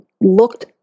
looked